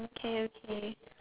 okay okay